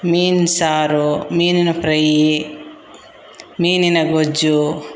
ಮೀನು ಸಾರು ಮೀನಿನ ಫ್ರೈಯಿ ಮೀನಿನ ಗೊಜ್ಜು